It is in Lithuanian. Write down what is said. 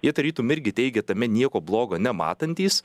jie tarytum irgi teigia tame nieko blogo nematantys